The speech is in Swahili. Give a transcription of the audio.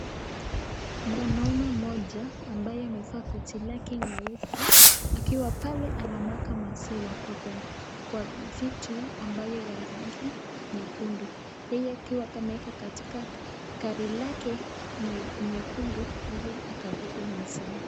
Mwanaume moja ambaye amevaa koti lake nyeusi, akiwa pale anamwaga maziwa kwa vitu ambayo ya rangi nyekundu. yeye ameweka katika gari lake nyekundu ili akabebe maziwa.